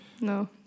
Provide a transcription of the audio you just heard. No